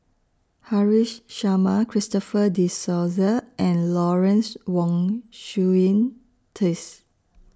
Haresh Sharma Christopher De Souza and Lawrence Wong Shyun Tsai